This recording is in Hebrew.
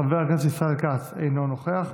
חבר הכנסת ישראל כץ, אינו נוכח.